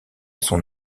son